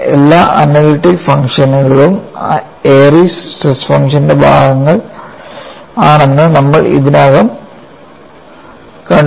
എല്ലാ അനലിറ്റിക് ഫംഗ്ഷനുകളും Airy's stress ഫംഗ്ഷന്റെ ഭാഗങ്ങൾ ആണെന്ന് നമ്മൾ ഇതിനകം കണ്ടു